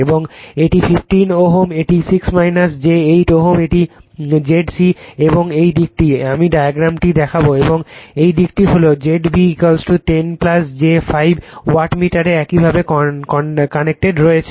এবং এটি 15 Ω এটি 6 j 8 Ω এটি Zc এবং এই দিকটি আমি ডায়াগ্রামটি দেখাব এবং এই দিকটি হলো Z b 10 j 5 watt wattmeter এভাবে কানেক্টেড রয়েছে